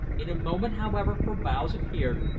in a moment, however, her bows appeared,